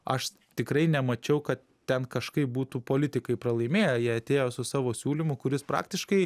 aš tikrai nemačiau kad ten kažkaip būtų politikai pralaimėję jie atėjo su savo siūlymu kuris praktiškai